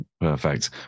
perfect